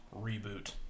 reboot